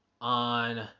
on